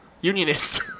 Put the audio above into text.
unionist